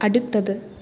അടുത്തത്